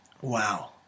Wow